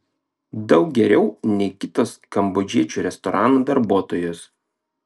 daug geriau nei kitos kambodžiečių restoranų darbuotojos